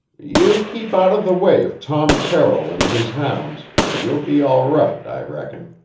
you keep out of the way of tom terrill and his hounds, and you'll be all right, i reckon.